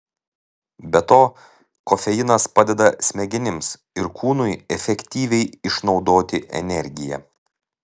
be to kofeinas padeda smegenims ir kūnui efektyviai išnaudoti energiją